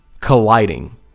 colliding